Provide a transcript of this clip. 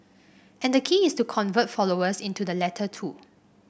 and the key is to convert followers into the latter two